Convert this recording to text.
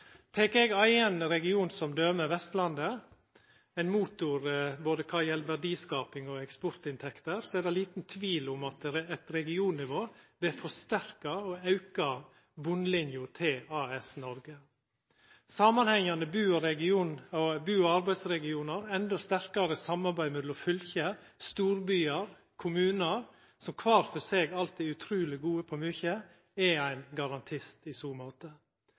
Tek eg eigen region som døme, Vestlandet, ein motor både kva gjeld verdiskaping og eksportinntekter, er det liten tvil om at eit regionnivå vil forsterka og auka botnlinja til AS Noreg. Samanhengande bu- og arbeidsregionar og endå sterkare samarbeid mellom fylke, storbyar og kommunar, som kvar for seg alltid er utruleg gode på mykje, er ein garantist i så måte.